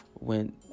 went